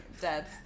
dead